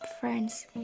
friends